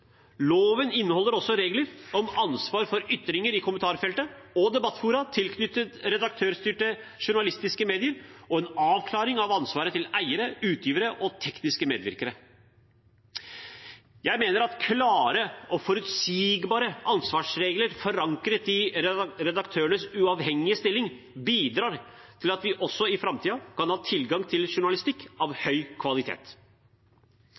Loven inneholder også regler om ansvar for ytringer i kommentarfelt og debattfora tilknyttet redaktørstyrte journalistiske medier og en avklaring av ansvaret til eiere, utgivere og tekniske medvirkere. Jeg mener at klare og forutsigbare ansvarsregler forankret i redaktørens uavhengige stilling bidrar til at vi også i framtiden kan ha tilgang til journalistikk av høy kvalitet.